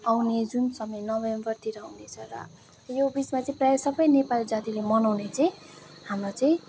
आउँने जुन समय नोभेम्बरतिर हुनेछ र यो बिचमा प्राय सबै नेपाली जातिले मनाउँने चाहिँ हाम्रो चाहिँ